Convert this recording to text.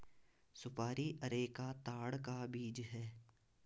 सुपारी अरेका ताड़ का बीज है